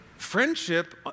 Friendship